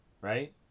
Right